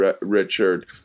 Richard